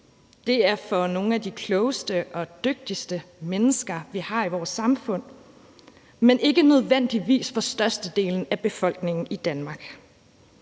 De er for nogle af de klogeste og dygtigste mennesker, vi har i vores samfund, men ikke nødvendigvis for størstedelen af befolkningen i Danmark.